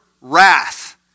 wrath